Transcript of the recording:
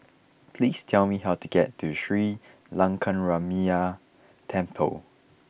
please tell me how to get to Sri Lankaramaya Temple